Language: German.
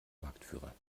marktführer